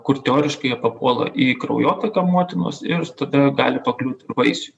kur teoriškai jie papuola į kraujotaką motinos ir tada gali pakliūti ir vaisiui